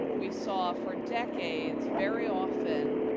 we saw, for decades very often,